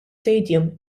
stadium